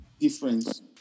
difference